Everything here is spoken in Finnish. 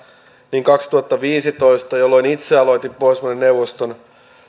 niin vuosi kaksituhattaviisitoista jolloin itse aloitin pohjoismaiden neuvoston